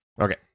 Okay